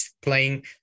playing